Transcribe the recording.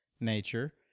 nature